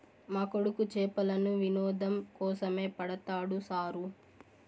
మా కొడుకు చేపలను వినోదం కోసమే పడతాడు సారూ